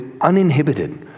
uninhibited